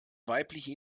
weibliche